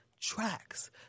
tracks